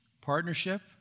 Partnership